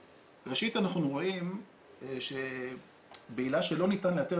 ראשית אנחנו רואים שבעילה שלא ניתן לאתר